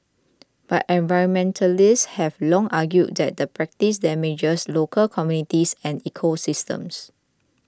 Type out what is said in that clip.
but environmentalists have long argued that the practice damages local communities and ecosystems